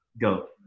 go